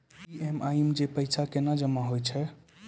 EMI मे जे पैसा केना जमा होय छै?